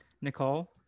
Nicole